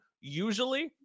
usually